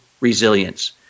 resilience